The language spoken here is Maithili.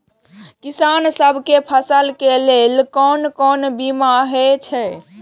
किसान सब के फसल के लेल कोन कोन बीमा हे छे?